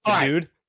dude